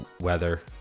weather